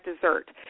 dessert